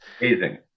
Amazing